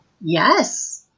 yes